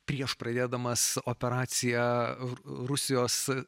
prieš pradėdamas operaciją rusijos